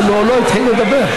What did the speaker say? הוא אפילו עוד לא התחיל לדבר.